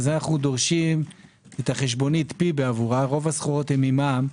אנו דורשים את החשבונית פי בעבורה רוב הסחורות הן עם מע"מ.